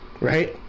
right